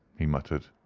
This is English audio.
he muttered.